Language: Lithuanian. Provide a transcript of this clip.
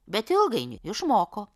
bet ilgainiui išmoko